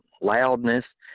loudness